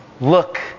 Look